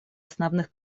основных